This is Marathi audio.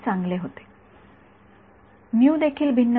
विद्यार्थीः सर म्यू देखील भिन्न असू शकतात